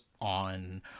on